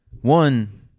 One